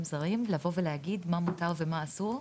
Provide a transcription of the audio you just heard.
זרים לבוא ולהגיד מה מותר ומה אסור,